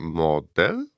model